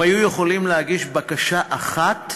הם היו יכולים להגיש בקשה אחת